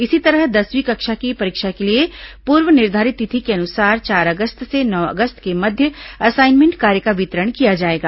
इसी तरह दसवीं कक्षा की परीक्षा के लिए पूर्व निर्घारित तिथि के अनुसार चार अगस्त से नौ अगस्त के मध्य असाइनमेंट कार्य का वितरण किया जाएगा